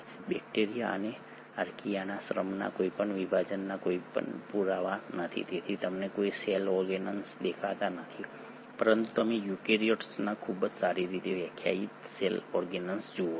bacteria અને આર્કીયામાં શ્રમના કોઈ વિભાજનના કોઈ પુરાવા નથી તેથી તમને કોઈ સેલ ઓર્ગેનેલ્સ દેખાતા નથી પરંતુ તમે યુકેરીયોટ્સમાં ખૂબ જ સારી રીતે વ્યાખ્યાયિત સેલ ઓર્ગેનેલ્સ જુઓ છો